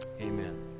Amen